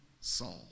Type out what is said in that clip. Saul